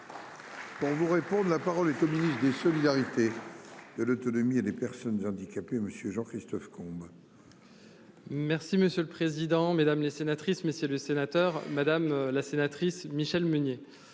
Vous réponde. La parole est au ministre des solidarités. De l'autonomie et des personnes handicapées. Monsieur Jean-Christophe Combe. Merci monsieur le président, mesdames les sénatrices messieurs les sénateurs, madame la sénatrice Michèle Meunier,